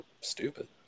stupid